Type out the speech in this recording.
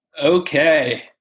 Okay